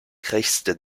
krächzte